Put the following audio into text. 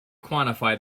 quantify